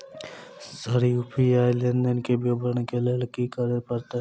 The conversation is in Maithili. सर यु.पी.आई लेनदेन केँ विवरण केँ लेल की करऽ परतै?